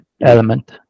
element